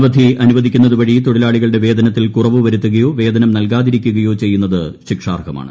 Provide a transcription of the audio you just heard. അവധി അനുവദിക്കുന്നതുവഴി തൊഴിലാളികളുടെ വേതനത്തിൽ കുറവ് വരുത്തുകയോ വേതനം നൽകാതിരിക്കുകയോ ചെയ്യുന്നത് ശിക്ഷാർഹമാണ്